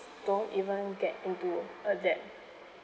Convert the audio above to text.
don't even get into a debt